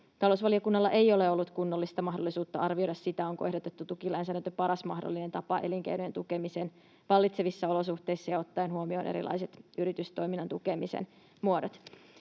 talousvaliokunnalla ei ole ollut kunnollista mahdollisuutta arvioida sitä, onko ehdotettu tukilainsäädäntö paras mahdollinen tapa elinkeinojen tukemiseen vallitsevissa olosuhteissa ja ottaen huomioon erilaiset yritystoiminnan tukemisen muodot.